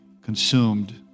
consumed